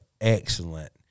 excellent